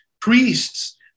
priests